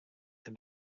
have